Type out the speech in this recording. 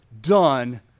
done